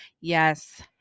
Yes